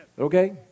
Okay